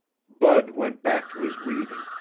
bud went back to his weeding,